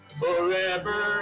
forever